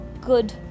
good